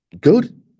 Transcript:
good